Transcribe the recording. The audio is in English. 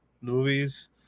movies